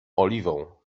oliwą